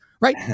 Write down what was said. right